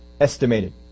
estimated